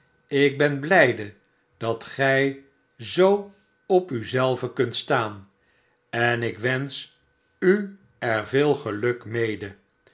ik ben blijde dat gij zoo op u zelve kunt staan en ik wensch er u veel geluk mede